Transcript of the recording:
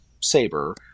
saber